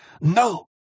no